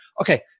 Okay